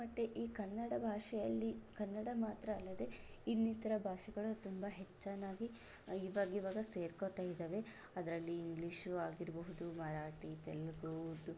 ಮತ್ತೆ ಈ ಕನ್ನಡ ಭಾಷೆಯಲ್ಲಿ ಕನ್ನಡ ಮಾತ್ರ ಅಲ್ಲದೇ ಇನ್ನಿತರ ಭಾಷೆಗಳು ತುಂಬ ಹೆಚ್ಚಾಗಿ ಇವಾಗಿವಾಗ ಸೇರ್ಕೋತಾಯಿದವೆ ಅದರಲ್ಲಿ ಇಂಗ್ಲೀಷ್ ಆಗಿರ್ಬಹುದು ಮರಾಠಿ ತೆಲುಗು ಉರ್ದು